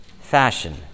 fashion